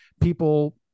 people